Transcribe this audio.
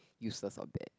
useless or bad